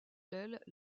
l’aile